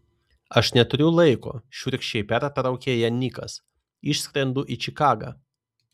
aš neturiu laiko šiurkščiai pertraukė ją nikas išskrendu į čikagą